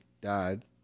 died